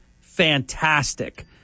fantastic